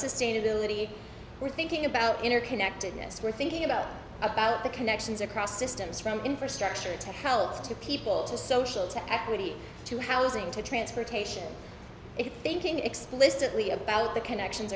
sustainability we're thinking about interconnectedness we're thinking about about the connections across systems from infrastructure to help to people to social to equity to housing to transportation it thinking explicitly about the connections